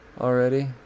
Already